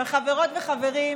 אבל חברות וחברים,